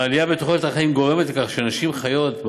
העלייה בתוחלת החיים גורמת לכך שנשים חיות,